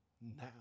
now